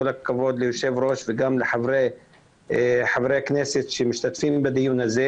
כל הכבוד ליושב-ראש וגם לחברי הכנסת שמשתתפים בדיון הזה.